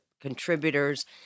contributors